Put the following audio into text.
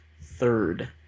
third